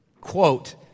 quote